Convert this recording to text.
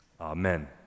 amen